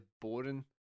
boring